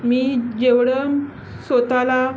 मी जेवढं स्वत ला